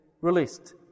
released